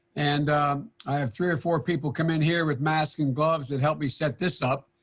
and i have three or four people come in here with masks and gloves that helped me set this up,